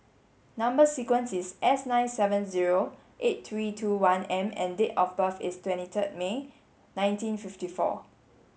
number sequence is S nine seven zero eight three two one M and date of birth is twenty third May nineteen fifty four